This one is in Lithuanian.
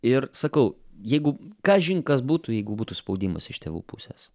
ir sakau jeigu kažin kas būtų jeigu būtų spaudimas iš tėvų pusės